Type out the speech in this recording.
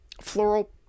floral